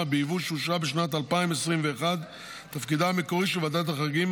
ביבוא שאושרה בשנת 2021. תפקידה המקורי של ועדת החריגים